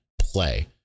play